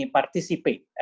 participate